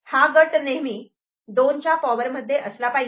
हा गट नेहमी 2 च्या पॉवर मध्ये असला पाहिजे